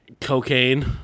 Cocaine